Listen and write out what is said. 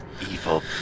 Evil